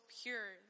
pure